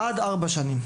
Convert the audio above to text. עד ארבע שנים.